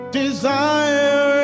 desire